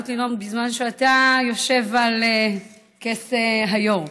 שמחה לעלות לנאום בזמן שאתה יושב על כס היו"ר.